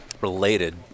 related